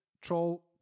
troll